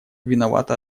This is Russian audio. виновато